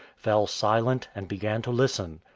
fell silent and began to listen.